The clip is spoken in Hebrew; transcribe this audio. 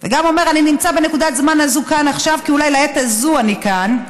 וגם אומר: אני נמצא בנקודת הזמן הזו כאן עכשיו כי אולי לעת הזו אני כאן,